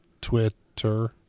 Twitter